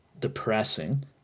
depressing